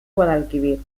guadalquivir